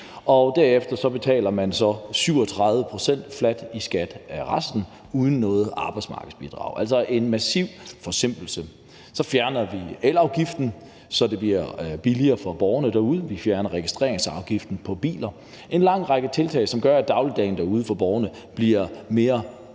og derefter betaler man så i forhold til resten 37 pct. fladt i skat uden noget arbejdsmarkedsbidrag, altså en massiv forsimpling. Så vil vi fjerne elafgiften, så det bliver billigere for borgerne derude, og vi vil fjerne registreringsafgiften på biler – en lang række tiltag, som ville gøre, at dagligdagen for borgerne derude ville